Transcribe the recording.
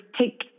take